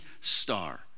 star